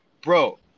bro